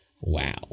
wow